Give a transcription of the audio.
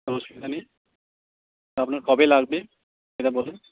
কোনো অসুবিধা নেই আপনার কবে লাগবে সেটা বলুন